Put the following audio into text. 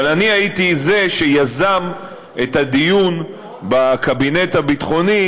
אבל אני שיזמתי את הדיון בקבינט הביטחוני